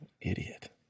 idiot